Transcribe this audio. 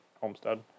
Homestead